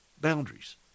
boundaries